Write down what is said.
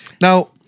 Now